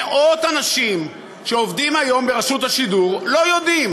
מאות אנשים שעובדים היום ברשות השידור לא יודעים